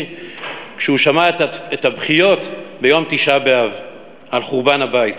כשהוא שמע את הבכיות ביום תשעה באב על חורבן הבית.